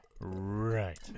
Right